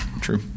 True